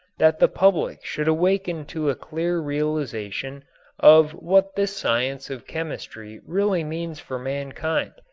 that the public should awaken to a clear realization of what this science of chemistry really means for mankind,